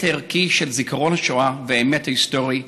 הערכי של זיכרון השואה והאמת ההיסטורית,